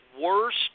worst